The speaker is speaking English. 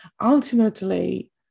Ultimately